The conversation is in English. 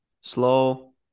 slow